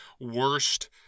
worst